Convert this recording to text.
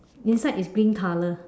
inside is green color